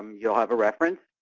you will have a reference,